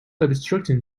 obstructing